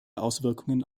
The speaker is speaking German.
auswirkungen